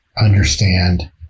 understand